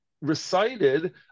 recited